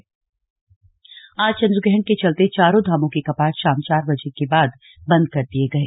slug बंद रहेंगे कपाट आज चंद्रग्रहण के चलते चारों धामों के कपाट शाम चार बजे के बाद बंद कर दिए गए